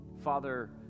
Father